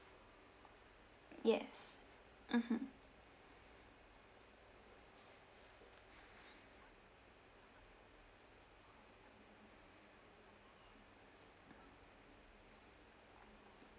yes mmhmm